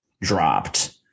dropped